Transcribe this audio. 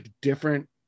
different